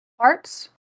Parts